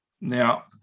Now